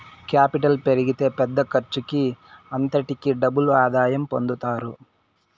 capital పెరిగితే పెద్ద ఖర్చుకి అంతటికీ డబుల్ ఆదాయం పొందుతారు